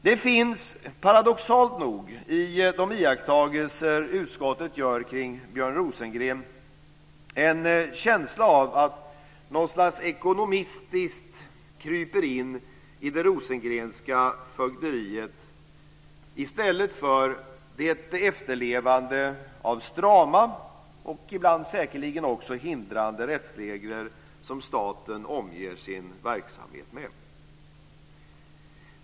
Det finns paradoxalt nog i de iakttagelser utskottet gör kring Björn Rosengren en känsla av att något slags ekonomistiskt kryper in i det Rosengrenska fögderiet i stället för det efterlevande av strama och ibland säkerligen också hindrande rättsregler som staten omger sin verksamhet med.